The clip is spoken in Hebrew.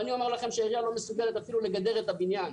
אני אומר לכם שהעירייה לא מסוגלת אפילו לגדר את הבניין,